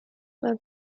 were